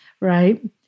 right